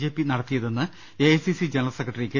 J P നടത്തിയതെന്ന് A I C C general secretary K